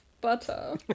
butter